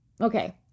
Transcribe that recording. okay